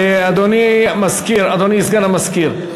אדוני סגן המזכירה,